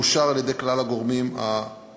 והוא אושר על-ידי כלל הגורמים הנדרשים.